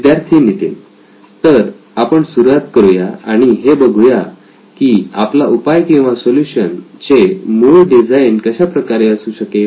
विद्यार्थी नितीन तर आपण सुरुवात करूया आणि हे बघूया की आपला उपाय किंवा सोल्युशन चे मूळ डिझाईन कशा प्रकारे असू शकेल